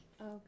Okay